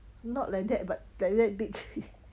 not like that but like that big